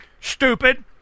stupid